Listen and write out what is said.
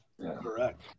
Correct